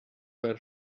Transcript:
were